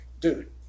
dude